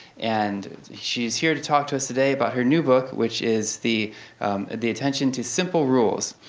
and she's here to talk to us today about her new book, which is the the attention to simple rules.